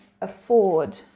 afford